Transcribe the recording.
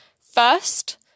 First